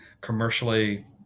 commercially